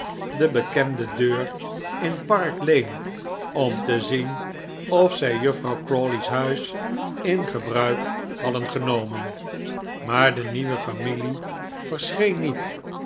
de bekende deur in park lane om te zien of zij juffrouw crawley's huis in gebruik hadden genomen maar de nieuwe familie verscheen niet